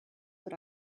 what